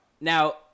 now